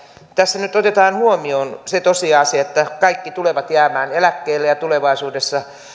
tässä nyt otetaan huomioon se tosiasia että kaikki tulevat jäämään eläkkeelle ja tulevaisuudessa